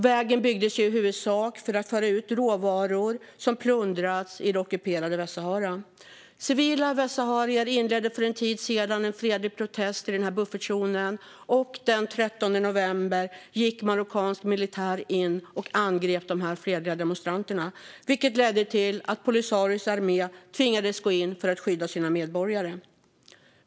Vägen byggdes i huvudsak för att föra ut råvaror som plundrats från det ockuperade Västsahara. Civila västsaharier inledde för en tid sedan en fredlig protest i buffertzonen. Den 13 november gick marockansk militär in och angrep de fredliga demonstranterna, vilket ledde till att Polisarios armé tvingades att gå in för att skydda sina medborgare.